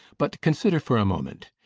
but consider for a moment.